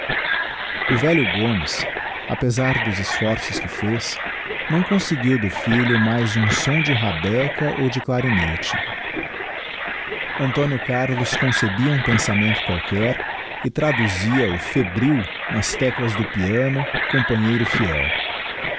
o velho gomes apezar dos esforços que fez não digiti zedby google conseguiu do filho mais um som de rabeca ou de clarinete antónio carlos concebia um pensamento qualquer e traduzia o febril nas teclas do piano companheiro fiel